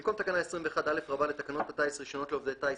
במקום תקנה 21א לתקנות הטיס (רישיונות לעובדי טיס),